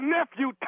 Nephew